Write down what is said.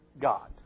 God